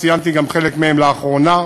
וציינתי גם חלק מהן לאחרונה,